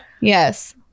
Yes